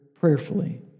prayerfully